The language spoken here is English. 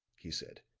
he said.